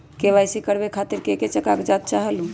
KYC करवे खातीर के के कागजात चाहलु?